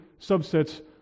subsets